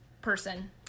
Person